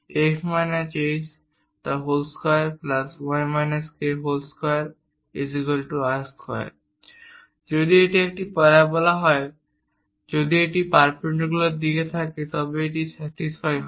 x h2y k2r2 যদি এটি একটি প্যারাবোলা হয় যদি এটি পারপেন্ডিকুলার দিকে থাকে তবে তা স্যাটিসফাই হয়